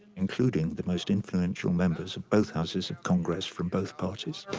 including the most influential members of both houses of congress from both parties.